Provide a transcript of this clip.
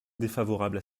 défavorable